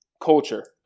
culture